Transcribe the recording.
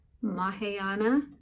Mahayana